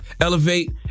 elevate